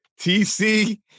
TC